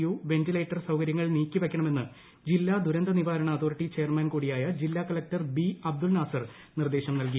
U ventilator സൌകര്യങ്ങൾ നീക്കിവെക്കണമെന്ന് ജില്ലാ ദൂരന്തനിവാരണ അതോറിറ്റി ചെയർമാൻ കൂടിയായ ജില്ലാ കലക്ടർ ബി അബ്ദുൽ നാസർ നിർദ്ദേശം നൽകി